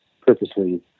purposely